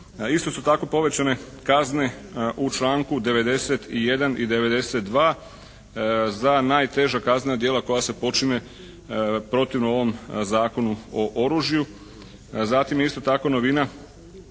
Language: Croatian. Isto su tako povećane kazne u članku 91. i 92. za najteža kaznena djela koja se počinje protivno ovom Zakonu o oružju.